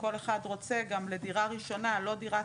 וכל אחד רוצה גם לדירה ראשונה לא דירת